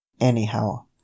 Anyhow